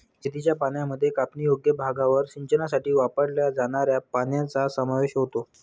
शेतीच्या पाण्यामध्ये कापणीयोग्य भागावर सिंचनासाठी वापरल्या जाणाऱ्या पाण्याचा समावेश होतो